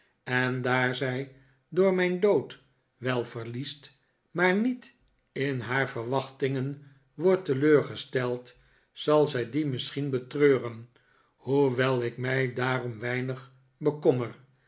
en daar zij door mijn dood wel verliest maar niet in haar verwachtingen wordt teleurgesteld zal zij dien misschien betreuren hoewel ik mij daarom weinig bekommer